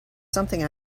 something